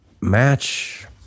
match